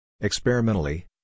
Experimentally